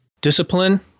Discipline